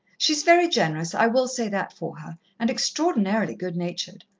she's very generous, i will say that for her and extraordinarily good-natured.